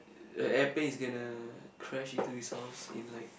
the airplane is gonna crash into his house in like